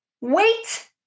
wait